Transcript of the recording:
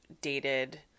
dated